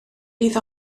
bydd